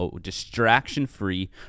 distraction-free